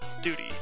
duty